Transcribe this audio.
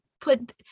put